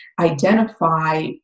identify